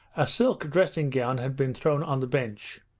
a silk dressing-gown had been thrown on the bench.